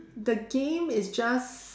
the game is just